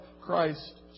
Christ